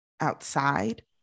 outside